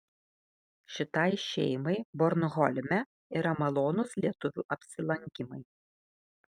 šitai šeimai bornholme yra malonūs lietuvių apsilankymai